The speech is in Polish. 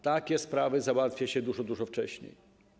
Takie sprawy załatwia się dużo, dużo wcześniej.